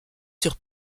sur